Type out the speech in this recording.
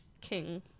King